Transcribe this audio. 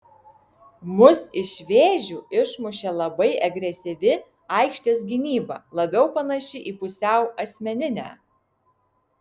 mus iš vėžių išmušė labai agresyvi aikštės gynyba labiau panaši į pusiau asmeninę